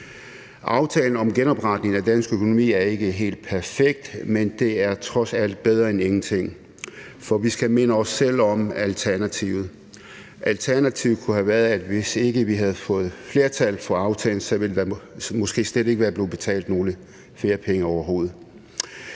Aftalen om genopretningen af dansk økonomi er ikke helt perfekt, men det er trods alt bedre end ingenting, for vi skal minde os selv om alternativet. Alternativet kunne have været, at hvis ikke vi havde fået flertal for aftalen, ville der måske slet ikke være blevet betalt nogen feriepenge overhovedet.